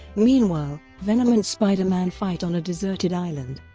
meanwhile, venom and spider-man fight on a deserted island,